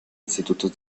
institutos